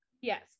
Yes